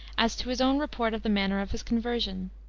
as to his own report of the manner of his conversion.